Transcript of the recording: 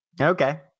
Okay